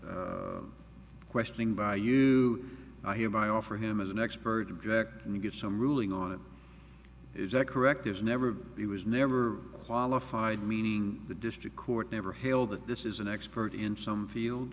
qualifications questioning by you i hereby offer him as an expert object and get some ruling on it is that correct is never he was never qualified meaning the district court never hailed that this is an expert in some field